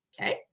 okay